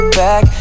back